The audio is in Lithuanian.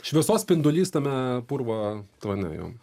šviesos spindulys tame purvo klane jo